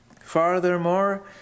Furthermore